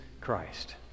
Christ